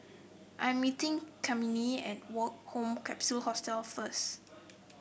I'm meeting Cammie at Woke Home Capsule Hostel first